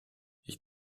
ich